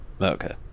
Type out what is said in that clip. okay